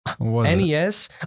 NES